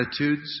attitudes